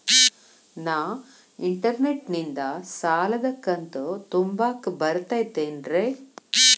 ನಾ ಇಂಟರ್ನೆಟ್ ನಿಂದ ಸಾಲದ ಕಂತು ತುಂಬಾಕ್ ಬರತೈತೇನ್ರೇ?